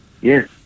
Yes